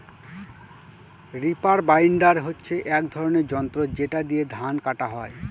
reaper binder হচ্ছে এক ধরনের যন্ত্র যেটা দিয়ে ধান কাটা হয়